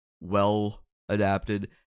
well-adapted